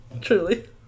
Truly